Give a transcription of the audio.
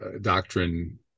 doctrine